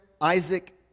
Isaac